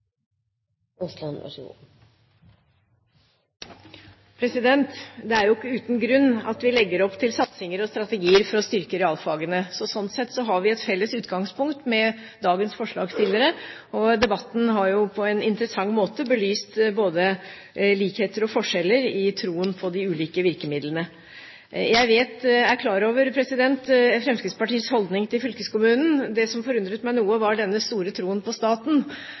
uten grunn at vi legger opp til satsinger og strategier for å styrke realfagene. Sånn sett har vi et felles utgangspunkt med dagens forslagsstillere, og debatten har på en interessant måte belyst både likheter og forskjeller i troen på de ulike virkemidlene. Jeg er klar over Fremskrittspartiets holdning til fylkeskommunen. Det som forundret meg noe, var den store troen på staten,